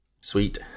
Sweet